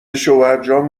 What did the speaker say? شوهرجان